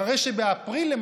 אחרי שבאפריל,